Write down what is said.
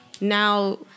Now